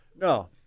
No